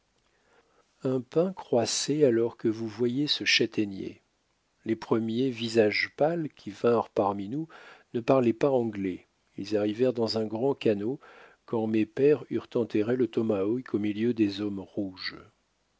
un pin croissait alors où vous voyez ce châtaignier les premiers visages pâles qui vinrent parmi nous ne parlaient pas anglais ils arrivèrent dans un grand canot quand mes pères eurent enterré le tomahawk au milieu des hommes rouges